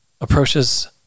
approaches